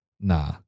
nah